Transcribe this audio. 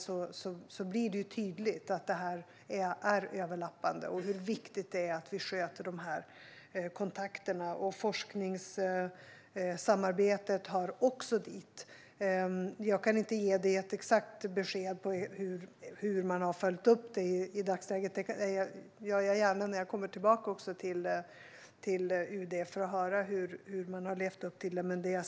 Där är det tydligt att detta är överlappande, och det är viktigt att vi sköter de här kontakterna. Forskningssamarbetet hör också dit. Jag kan inte ge dig ett exakt besked om hur man har följt upp det i dagsläget. Det gör jag gärna när jag kommer tillbaka till UD för att höra hur man har levt upp till detta.